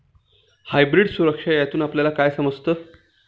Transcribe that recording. Hybrid सुरक्षा यातून आपल्याला काय समजतं?